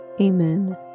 Amen